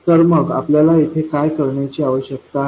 तर मग आपल्याला येथे काय करण्याची आवश्यकता आहे